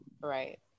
right